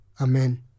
Amen